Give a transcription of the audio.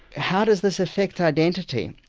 how does this affect identity?